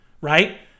right